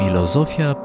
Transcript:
Filozofia